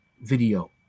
video